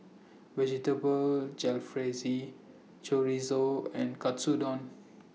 Vegetable Jalfrezi Chorizo and Katsudon